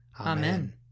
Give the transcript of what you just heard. Amen